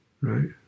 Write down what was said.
right